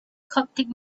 coptic